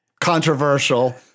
controversial